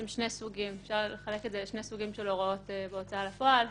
אפשר לחלק את זה לשני סוגים של הוראות בהוצאה לפועל.